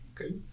okay